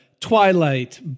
Twilight